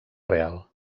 real